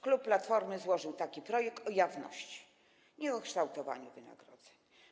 Klub Platformy złożył taki projekt dotyczący jawności, nie kształtowania wynagrodzeń.